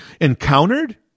encountered